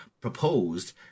proposed